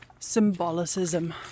symbolicism